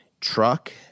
truck